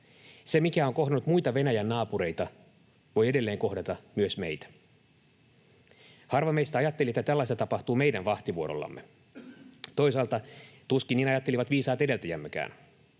Se, mikä on kohdannut muita Venäjän naapureita, voi edelleen kohdata myös meitä. Harva meistä ajatteli, että tällaista tapahtuu meidän vahtivuorollamme. Toisaalta tuskin niin ajattelivat viisaat edeltäjämmekään.